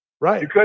right